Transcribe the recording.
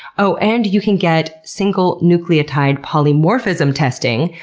oh, and you can get single nucleotide polymorphism testing,